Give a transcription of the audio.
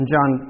John